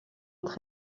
père